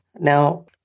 Now